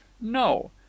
No